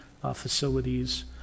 facilities